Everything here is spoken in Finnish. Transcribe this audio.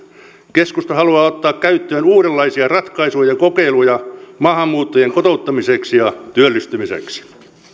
keskusta haluaa ottaa käyttöön uudenlaisia ratkaisuja ja kokeiluja maahanmuuttajien kotouttamiseksi ja työllistymiseksi